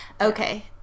Okay